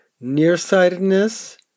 nearsightedness